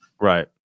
Right